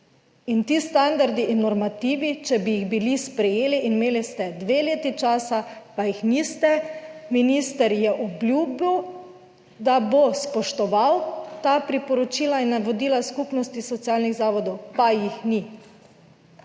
In ti standardi in normativi, če bi jih bili sprejeti, in imeli ste dve leti časa, pa jih niste, minister je obljubil, da bo spoštoval ta priporočila in navodila Skupnosti socialnih zavodov, pa jih ni,